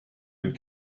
and